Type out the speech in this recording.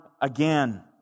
again